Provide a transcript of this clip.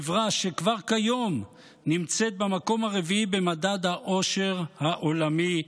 חברה שכבר כיום נמצאת במקום הרביעי במדד האושר העולמי,